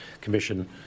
Commission